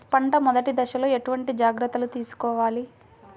పంట మెదటి దశలో ఎటువంటి జాగ్రత్తలు తీసుకోవాలి?